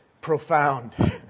profound